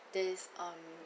this um